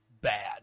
bad